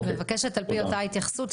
אני מבקשת על פי אותה התייחסות,